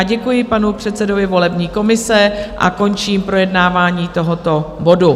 Děkuji panu předsedovi volební komise a končím projednávání tohoto bodu.